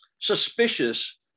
Suspicious